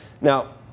now